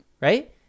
right